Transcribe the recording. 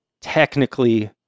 technically